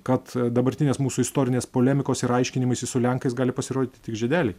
kad dabartinės mūsų istorinės polemikos ir aiškinimaisi su lenkais gali pasirodyti tik žiedeliai